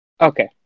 Okay